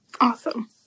awesome